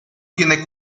tiene